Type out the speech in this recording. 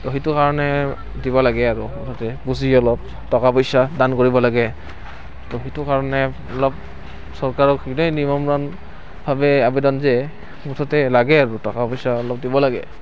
তো সেইটো কাৰণে দিব লাগে আৰু মুঠতে পুঁজি অলপ টকা পইচা দান কৰিব লাগে তো সেইটো কাৰণে অলপ চৰকাৰক এনেই বিনম্ৰভাৱে আবেদন যে মুঠতে লাগে আৰু টকা পইচা অলপ দিব লাগে